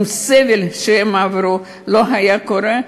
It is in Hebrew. אם הסבל שהם עברו לא היה קורה,